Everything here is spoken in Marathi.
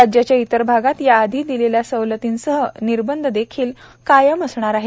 राज्याच्या इतर भागात याआधी दिलेलल्या सवलतींसह निर्बंध ती कायम असणार आहेत